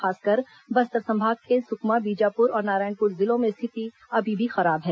खासकर बस्तर संभाग के सुकमा बीजापुर और नारायणपुर जिलों में स्थिति अभी भी खराब है